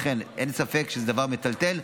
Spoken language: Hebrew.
לכן אין ספק שזה דבר מטלטל,